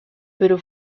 pero